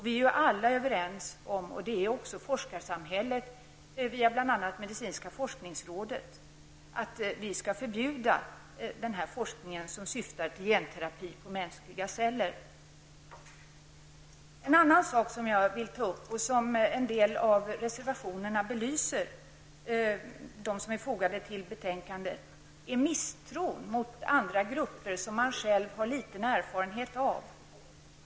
Vi är alla överens om, även forskarsamhället via bl.a. medicinska forskningsrådet, att vi skall förbjuda den forskning som syftar till genterapi på mänskliga celler. En annan sak som jag vill ta upp, och som belyses i en del reservationer som är fogade till betänkandet, är misstro mot andra grupper som man själv har liten erfarenhet av.